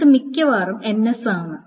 ഇത് മിക്കവാറും ns ആണ്